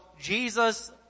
Jesus